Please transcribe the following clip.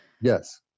Yes